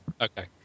Okay